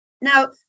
Now